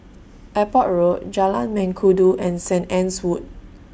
Airport Road Jalan Mengkudu and Saint Anne's Wood